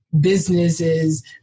Businesses